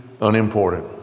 unimportant